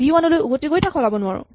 V one লৈ উভতি গৈ তাক সলাব নোৱাৰো